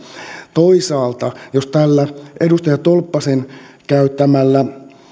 toisaalta jos tällä edustaja tolppasen käyttämällä